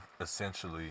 essentially